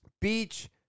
Beach